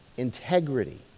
integrity